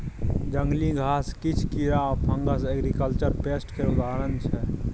जंगली घास, किछ कीरा आ फंगस एग्रीकल्चर पेस्ट केर उदाहरण छै